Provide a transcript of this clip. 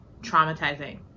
traumatizing